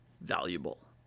valuable